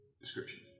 descriptions